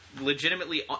legitimately